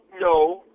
no